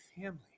family